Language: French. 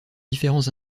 différents